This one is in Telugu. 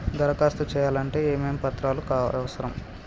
దరఖాస్తు చేయాలంటే ఏమేమి పత్రాలు అవసరం?